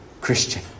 Christian